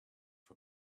for